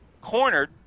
cornered